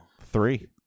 Three